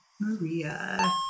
Maria